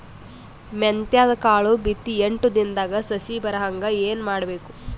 ಮೆಂತ್ಯದ ಕಾಳು ಬಿತ್ತಿ ಎಂಟು ದಿನದಾಗ ಸಸಿ ಬರಹಂಗ ಏನ ಮಾಡಬೇಕು?